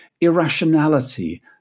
irrationality